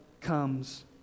comes